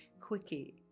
quickie